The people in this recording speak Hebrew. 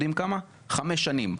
חמש שנים.